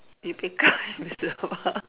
you become invisible